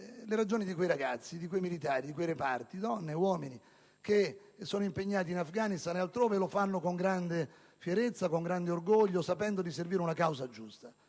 le ragioni di quei ragazzi, di quei militari e di quei reparti, donne e uomini, che sono impegnati in Afghanistan e altrove e che lo fanno con grande fierezza ed orgoglio, sapendo di servire una causa giusta.